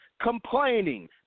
complaining